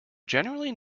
generally